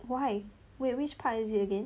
why wait which part is it again